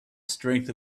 strength